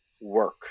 work